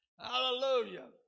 Hallelujah